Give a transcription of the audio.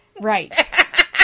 Right